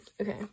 okay